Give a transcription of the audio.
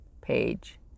page